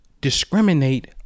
discriminate